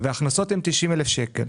וההכנסות הן 90,000 ₪.